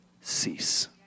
cease